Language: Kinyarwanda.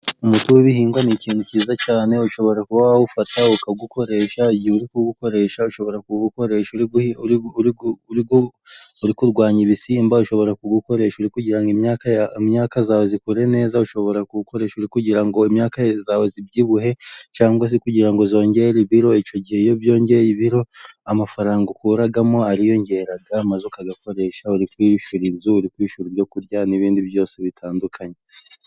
Umuti w'ibihingwa ni ikintu kiza cyane ushobora kuba wa wufata ukagukoresha igihe uri koresha, ushobora ku wukoresha uri kurwanya ibisimba, ushobora ku wukoresha uri kugirango imyaka yawe uyikore neza, ushobora ku wukoresha uri kugirango ngo imyaka yawe ibyibuhe cyangwa se kugirango ngo yongere ibiro, icyo gihe iyo byongeye ibiro amafaranga ukuramo ariyongera maze ukayakoresha uri kwishyura inzu, uri kwishyura ibyo kurya n'ibindi byose bitandukanye.